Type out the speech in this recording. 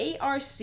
arc